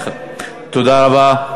כביקורת של החשבת הכללית באוצר, תודה רבה.